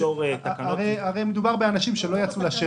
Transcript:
הרי מדובר באנשים שלא יצאו לשטח.